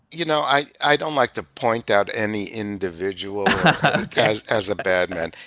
you know i i don't like to point out any individual as as a bad men.